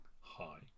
Hi